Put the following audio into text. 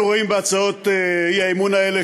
אנחנו רואים בהצעות האי-אמון האלה,